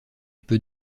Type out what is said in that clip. peut